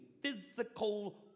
physical